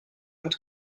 hat